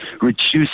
reduce